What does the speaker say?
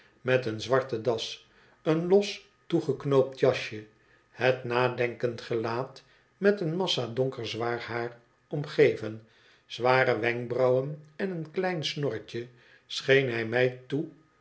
met een zwarten das een los toegeknoopt jasje het nadenkend gelaat met een massa donker zwaar haar omgeven zware wenkbrauwen en een klein snorretje scheen hij mij toe